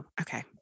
Okay